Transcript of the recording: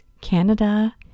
Canada